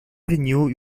new